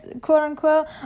quote-unquote